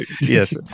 Yes